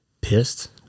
Pissed